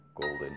golden